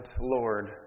Lord